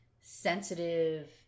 sensitive